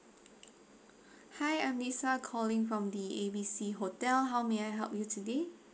hi I'm lisa calling from the A B C hotel how may I help you today